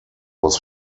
was